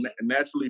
naturally